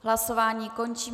Hlasování končím.